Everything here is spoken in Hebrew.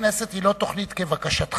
הכנסת היא לא תוכנית כבקשתך,